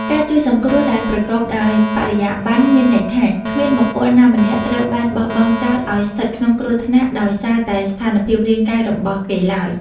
ការជួយសង្គ្រោះដែលប្រកបដោយបរិយាបន្នមានន័យថា គ្មានបុគ្គលណាម្នាក់ត្រូវបានបោះបង់ចោលឱ្យស្ថិតក្នុងគ្រោះថ្នាក់ដោយសារតែស្ថានភាពរាងកាយរបស់គេឡើយ។